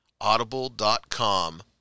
audible.com